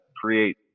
create